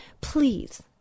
please